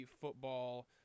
football